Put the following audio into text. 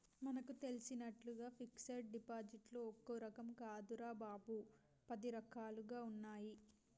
మనకు తెలిసినట్లుగా ఫిక్సడ్ డిపాజిట్లో ఒక్క రకం కాదురా బాబూ, పది రకాలుగా ఉన్నాయి